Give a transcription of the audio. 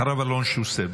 אחריו, אלון שוסטר.